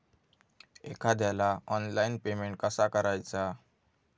एखाद्याला online payment कसा करायचा?